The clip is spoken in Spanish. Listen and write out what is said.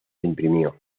imprimió